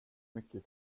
mycket